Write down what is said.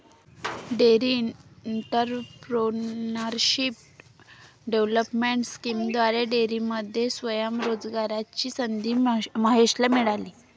dairy entrepreneurship development स्कीमद्वारे डेअरीमध्ये स्वयं रोजगाराची संधी महेशला मिळाली